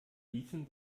gießen